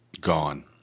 Gone